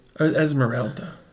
esmeralda